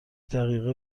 دقیقه